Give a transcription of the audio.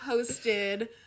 posted